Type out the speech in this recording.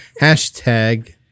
hashtag